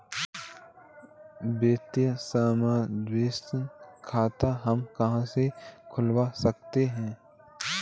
वित्तीय समावेशन खाता हम कहां से खुलवा सकते हैं?